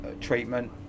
treatment